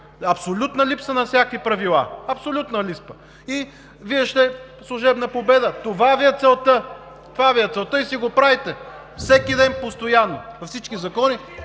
Абсолютна липса на всякакви правила! Абсолютна липса! И Вие ще имате служебна победа. Това Ви е целта! Това Ви е целта и си го правите – всеки ден, постоянно, във всички закони